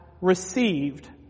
received